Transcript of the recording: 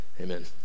amen